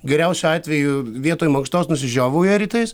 geriausiu atveju vietoj mankštos nusižiovauja rytais